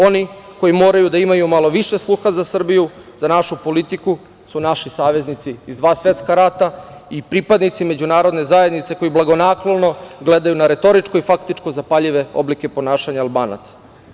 Oni koji moraju da imaju malo više sluha za Srbiju, za našu politiku su naši saveznici iz dva svetska rata i pripadnici međunarodne zajednice koji blagonaklono gledaju na retoričko i faktičko zapaljive oblike ponašanja Albanaca.